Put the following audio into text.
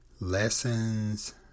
lessons